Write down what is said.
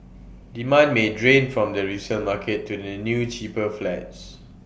demand may drain from the resale market to the new cheaper flats